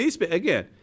Again